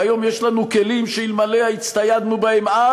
והיום יש לנו כלים שאלמלא הצטיידנו בהם אז,